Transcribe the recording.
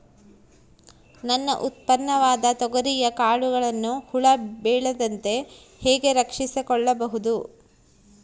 ನನ್ನ ಉತ್ಪನ್ನವಾದ ತೊಗರಿಯ ಕಾಳುಗಳನ್ನು ಹುಳ ಬೇಳದಂತೆ ಹೇಗೆ ರಕ್ಷಿಸಿಕೊಳ್ಳಬಹುದು?